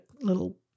little